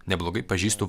neblogai pažįstu